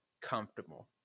comfortable